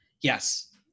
Yes